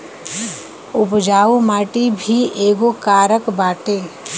उपजाऊ माटी भी एगो कारक बाटे